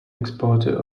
exporter